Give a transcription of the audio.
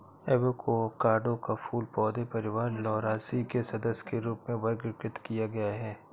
avocado को फूल पौधे परिवार लौरासी के सदस्य के रूप में वर्गीकृत किया गया है